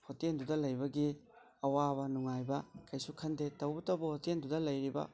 ꯍꯣꯇꯦꯜꯗꯨꯗ ꯂꯩꯕꯒꯤ ꯑꯋꯥꯕ ꯅꯨꯉꯥꯏꯕ ꯀꯩꯁꯨ ꯈꯟꯗꯦ ꯇꯧꯕꯇꯕꯨ ꯍꯣꯇꯦꯜꯗꯨꯗ ꯂꯩꯔꯤꯕ